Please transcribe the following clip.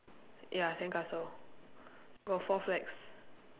ya sandcastle got four flags